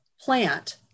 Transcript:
plant